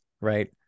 right